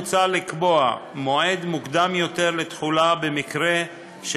מוצע לקבוע מועד מוקדם יותר לתחולה במקרה של